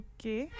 Okay